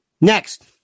Next